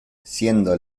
siendo